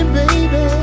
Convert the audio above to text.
baby